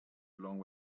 long